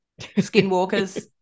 skinwalkers